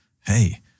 hey